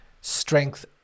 strength